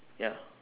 ya